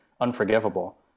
unforgivable